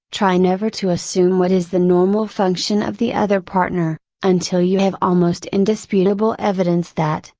try never to assume what is the normal function of the other partner, until you have almost indisputable evidence that,